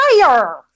fire